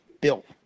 built